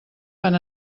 van